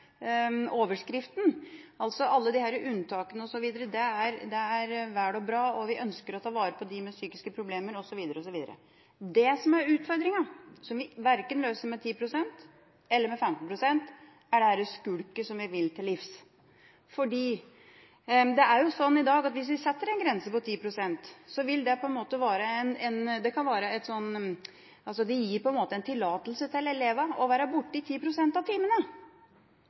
overskriften. Alle disse unntakene er vel og bra, og vi ønsker å ta vare på dem med psykiske problemer, osv. Det som er utfordringen, som vi løser verken med 10 pst. eller med 15 pst., er dette skulket, som vi vil til livs. Hvis vi i dag setter en grense på 10 pst., så vil jo det på en måte gi elevene en tillatelse til å være borte i 10 pst. av timene.